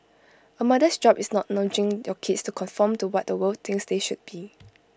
A mother's job is not nudging your kids to conform to what the world thinks they should be